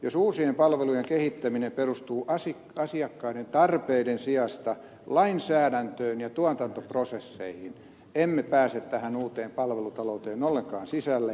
jos uusien palvelujen kehittäminen perustuu asiakkaiden tarpeiden sijasta lainsäädäntöön ja tuotantoprosessiin emme pääse tähän uuteen palvelutalouteen ollenkaan sisälle